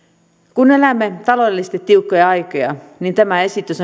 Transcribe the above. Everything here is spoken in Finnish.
kun elämme taloudellisesti tiukkoja aikoja niin tämä esitys